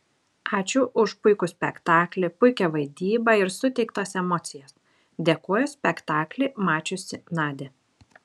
ačiū už puikų spektaklį puikią vaidybą ir suteiktas emocijas dėkojo spektaklį mačiusi nadia